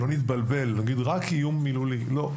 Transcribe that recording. שלא נתבלבל ונגיד רק איום מילולי לא,